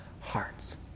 hearts